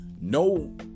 no